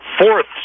fourth